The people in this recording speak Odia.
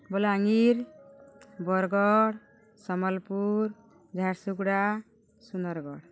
ବଲାଙ୍ଗୀର ବରଗଡ଼ ସମ୍ବଲପୁର ଝାରସୁଗଡ଼ା ସୁନ୍ଦରଗଡ଼